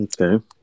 Okay